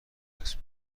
دست